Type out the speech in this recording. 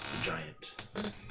giant